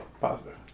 Positive